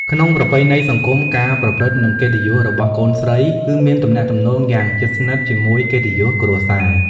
ក្នុងប្រពៃណីសង្គម ការប្រព្រឹត្ត និង កិត្តិយសរបស់កូនស្រីគឺមានទំនាក់ទំនងយ៉ាងជិតស្និទ្ធជាមួយកិត្តិយសគ្រួសារ។